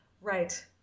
Right